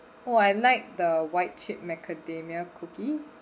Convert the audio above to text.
oh I like the white chip macadamia cookie